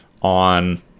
on